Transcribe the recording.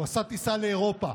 הוא עשה טיסה לאירופה.